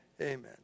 Amen